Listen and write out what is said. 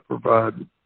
provide